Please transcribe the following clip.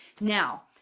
Now